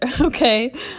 okay